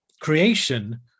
creation